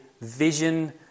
vision